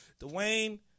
Dwayne